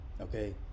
okay